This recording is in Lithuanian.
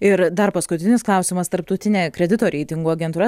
ir dar paskutinis klausimas tarptautinė kredito reitingų agentūra